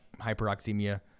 hyperoxemia